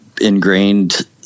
ingrained